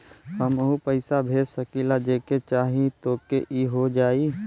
हमहू पैसा भेज सकीला जेके चाही तोके ई हो जाई?